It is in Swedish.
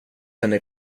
henne